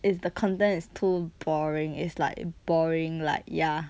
is the content is too boring is like boring like ya